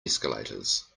escalators